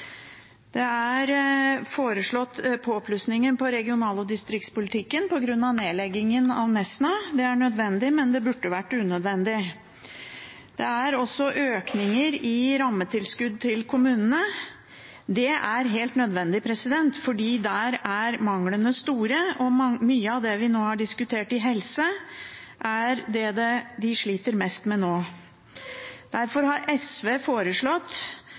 Det er foreslått påplussinger på regional- og distriktspolitikken på grunn av nedleggingen av Nesna. Det er nødvendig, men det burde vært unødvendig. Det er også økninger i rammetilskudd til kommunene. Det er helt nødvendig, for der er manglene store, og mye av det vi nå har diskutert innen helse, er det de sliter mest med nå. Derfor har SV foreslått